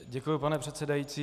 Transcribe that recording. Děkuji, pane předsedající.